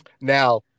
now